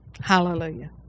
Hallelujah